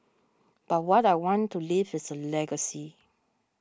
but what I want to leave is a legacy